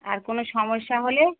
আর কোনো সমস্যা হলে